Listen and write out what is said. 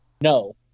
No